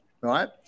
right